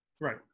right